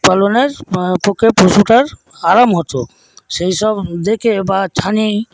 পালনের পক্ষে পশুটার আরাম হত সেইসব দেখে বা ছানি